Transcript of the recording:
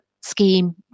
scheme